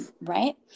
right